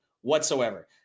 whatsoever